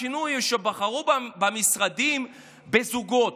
השינוי, שבחרו במשרדים בזוגות,